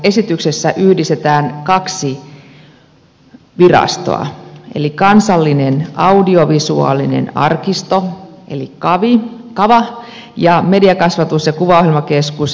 esityksessä yhdistetään kaksi virastoa eli kansallinen audiovisuaalinen arkisto eli kava ja mediakasvatus ja kuvaohjelmakeskus eli meku